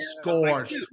scorched